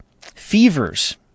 fevers